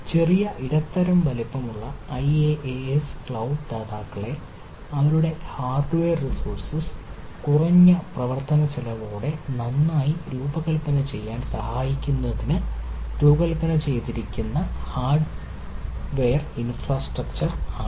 ചെറിയ ഇടത്തരം വലുപ്പമുള്ള IaaS ക്ലൌഡ് ദാതാക്കളെ അവരുടെ ഹാർഡ്വെയർ റിസോഴ്സ് കുറഞ്ഞ പ്രവർത്തനച്ചെലവോടെ നന്നായി രൂപകൽപ്പന ചെയ്യാൻ സഹായിക്കുന്നതിന് രൂപകൽപ്പന ചെയ്തിരിക്കുന്നത് നന്നായി രൂപകൽപ്പന ചെയ്ത ഹാർഡ്വെയർ ഇൻഫ്രാസ്ട്രക്ചർ ആണ്